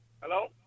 Hello